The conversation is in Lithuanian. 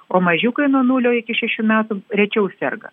o mažiukai nuo nulio iki šešių metų rečiau serga